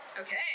Okay